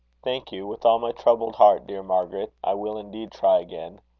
thank you, with all my troubled heart, dear margaret. i will indeed try again.